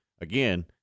Again